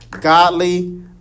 Godly